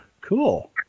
Cool